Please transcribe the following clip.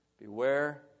beware